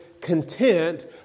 content